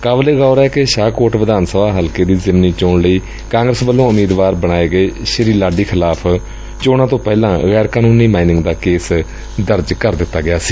ਕਾਬਿਲੇ ਏ ਗੌਰ ਏ ਕਿ ਸ਼ਾਹਕੋਟ ਵਿਧਾਨ ਸਭਾ ਹਲਕੇ ਦੀ ਜ਼ਿਮਨੀ ਚੋਣ ਲਈ ਕਾਂਗਰਸ ਵੱਲੋਂ ਉਮੀਦਵਾਰ ਬਣਾਏ ਗਏ ਸ੍ੀ ਲਾਡੀ ਖਿਲਾਫ਼ ਚੋਣਾਂ ਤੋਂ ਪਹਿਲਾਂ ਗੈਰ ਕਾਨੂੰਨੀ ਮਾਈਨਿੰਗ ਦਾ ਕੇਸ ਦਰਜ ਕਰ ਦਿੱਤਾ ਸੀ